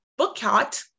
Bookcat